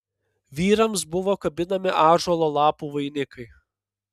vyrams buvo kabinami ąžuolo lapų vainikai